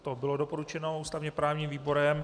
To bylo doporučeno ústavněprávním výborem.